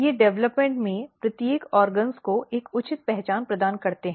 ये डेवलपमेंट में प्रत्येक अंगों को एक उचित पहचान प्रदान करते हैं